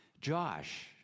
Josh